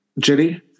Jitty